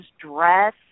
dress